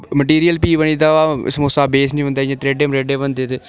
material फ्ही बनी जंदा समोसे बेस नेईं बनदा इ'यां त्रेह्डे मरेह्डे बनदे ते